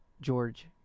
George